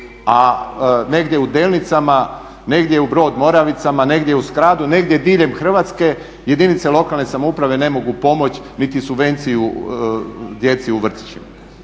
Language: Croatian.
a negdje u Delnicama, negdje u Brod Moravicama, negdje u Skradu, negdje diljem Hrvatske jedinice lokalne samouprave ne mogu pomoći niti subvenciju djeci u vrtićima.